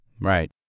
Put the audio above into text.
Right